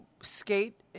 skate